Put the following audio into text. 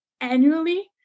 annually